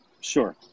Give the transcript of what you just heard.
sure